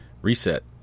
reset